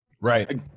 Right